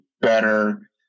better